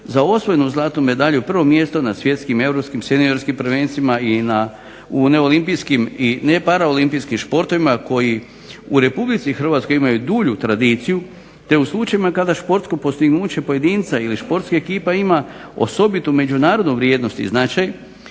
za osvojenu zlatnu medalju, prvo mjesto na svjetskim, europskim, seniorskim prvenstvima i neolimpijskim i neparaolimpijskim športovima koji u Republici Hrvatskoj imaju dulju tradiciju te u slučajevima kada športsko postignuće pojedinca ili športska ekipa ima osobitu međunarodnu vrijednost i značaj